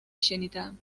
شنیدم